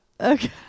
Okay